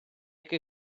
che